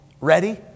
ready